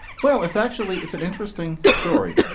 well it's actually it's an interesting story.